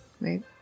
Right